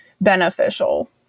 beneficial